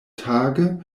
tage